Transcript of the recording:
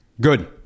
Good